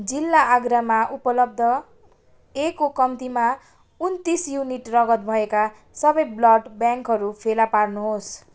जिल्ला आगरामा उपलब्ध एको कम्तीमा उन्नतिस युनिट रगत भएका सबै ब्लड ब्याङ्कहरू फेला पार्नुहोस्